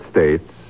States